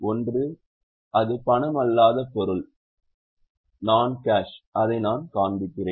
ஒன்று அது பணமல்லாத பொருள் அதை நான் காண்பிக்கிறேன